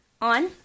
on